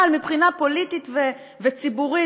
אבל מבחינה פוליטית וציבורית,